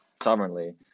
sovereignly